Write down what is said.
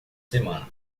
semana